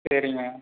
சரிங்க